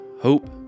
hope